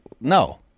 no